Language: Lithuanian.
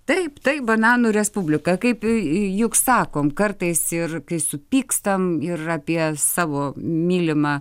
taip taip bananų respublika kaip i juk sakom kartais ir kai supykstam ir apie savo mylimą